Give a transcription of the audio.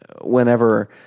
Whenever